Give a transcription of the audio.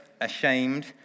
ashamed